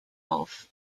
auf